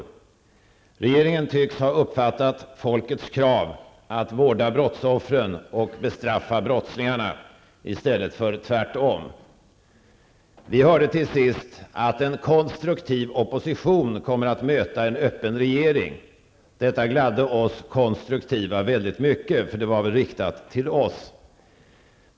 Regeringen tycks ha uppfattat folkets krav att vårda brottsoffren och bestraffa brottslingarna i stället för tvärtom. Vi hörde till sist att en ''konstruktiv opposition kommer att möta en öppen regering''. Detta gladde oss konstruktiva väldigt mycket, för det var väl riktat till oss?